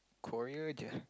Korea jer